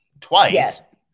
twice